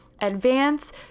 advance